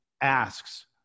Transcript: asks